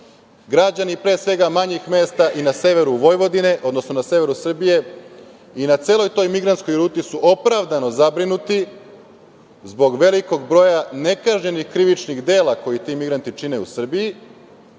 Građani, pre svega manjih mesta i na severu Vojvodine, odnosno na severu Srbije i na celoj toj migrantskoj ruti, su opravdano zabrinuti zbog velikog broja nekažnjenih krivičnih dela koja ti migranti čine u Srbiji,